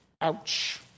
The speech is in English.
Ouch